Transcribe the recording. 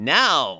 now